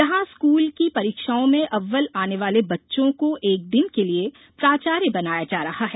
यहां स्कूल की परीक्षाओं में अव्वल आने वाले बच्चों को एक दिन के लिये प्राचार्य बनाया जा रहा है